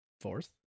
Fourth